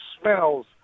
smells